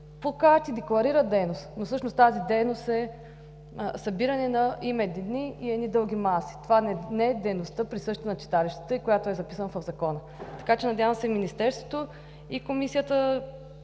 по карти декларират дейност, но всъщност тази дейност е събиране на именни дни и едни дълги маси. Това не е дейността, присъща на читалищата и която е записана в Закона. Така че надявам се и Министерството, и Комисията